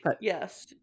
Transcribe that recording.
yes